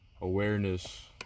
awareness